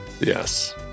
Yes